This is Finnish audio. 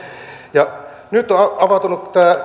nyt on avautunut